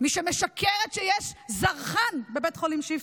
מי שמשקרת שיש זרחן בבית החולים שיפא.